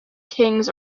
kings